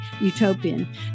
utopian